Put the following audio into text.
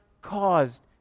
caused